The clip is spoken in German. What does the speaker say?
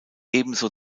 ebenso